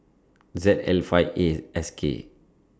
Z L five A S K